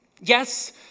Yes